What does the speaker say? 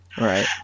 Right